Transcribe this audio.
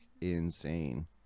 insane